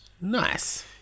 Nice